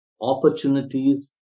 opportunities